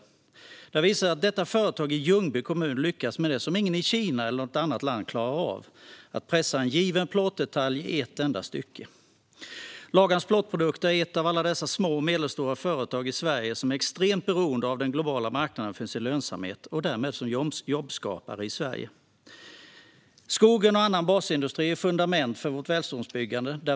Det har visat sig att detta företag i Ljungby kommun lyckas med det som ingen i Kina eller i något annat land klarar av: att pressa en given plåtdetalj i ett enda stycke. Lagan Plåtprodukter är ett av alla dessa små och medelstora företag i Sverige som är extremt beroende av den globala marknaden för sin lönsamhet och därmed som jobbskapare i Sverige. Skogen och annan basindustri är fundament för vårt välståndsbyggande.